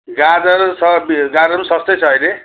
गाजर छ गाजर पनि सस्तै छ अहिले